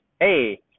Hey